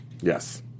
Yes